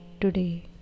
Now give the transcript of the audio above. today